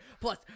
Plus